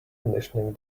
conditioning